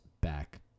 back